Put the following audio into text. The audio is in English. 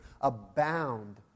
abound